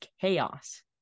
chaos